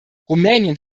rumänien